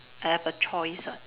I have a choice [what]